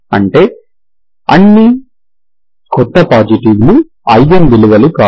అంటే అన్ని కొత్త పాజిటివ్లు ఐగెన్ విలువలు కావు